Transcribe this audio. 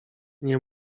nie